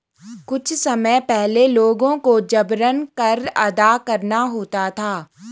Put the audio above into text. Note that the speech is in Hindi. कुछ समय पहले लोगों को जबरन कर अदा करना होता था